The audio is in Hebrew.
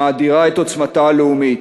שמאדירה את עוצמתה הלאומית.